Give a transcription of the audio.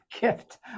gift